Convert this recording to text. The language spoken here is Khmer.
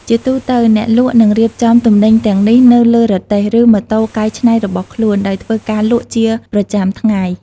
ជាទូទៅ អ្នកលក់នឹងរៀបចំទំនិញទាំងនេះនៅលើរទេះ ឬម៉ូតូកែច្នៃរបស់ខ្លួន ដោយធ្វើការលក់ជាប្រចាំថ្ងៃ។